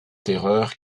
terreur